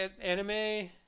anime